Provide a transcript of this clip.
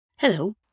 Hello